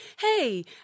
hey